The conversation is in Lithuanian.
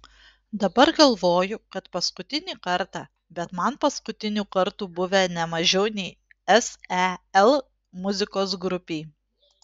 dabar galvoju kad paskutinį kartą bet man paskutinių kartų buvę ne mažiau nei sel muzikos grupei